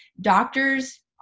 doctors